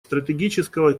стратегического